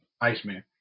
Iceman